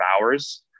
hours